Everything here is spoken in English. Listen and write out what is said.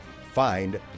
find